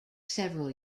several